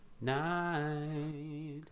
night